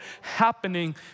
happening